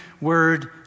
word